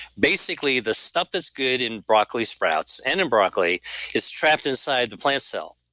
basically, the stuff that's good in broccoli sprouts and in broccoli is trapped inside the plant cell.